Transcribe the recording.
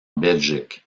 belgique